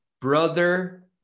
brother